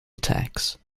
attacked